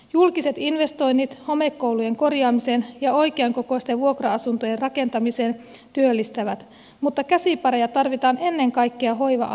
julkiset investoinnit homekoulujen korjaamiseen ja oikeankokoisten vuokra asuntojen rakentamiseen työllistävät mutta käsipareja tarvitaan ennen kaikkea hoiva aloilla